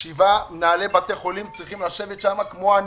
למה הגענו לכך ששבעה מנהלי בתי חולים צריכים לשבת שמה כמו עניים,